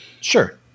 Sure